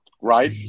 Right